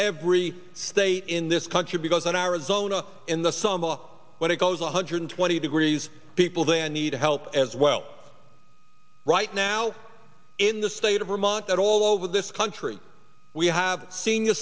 every state in this country because in arizona in the summer when it goes one hundred twenty degrees people they need help as well right now in the state of vermont that all over this country we have senior